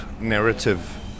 narrative